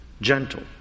gentle